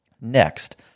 Next